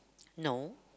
no